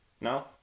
No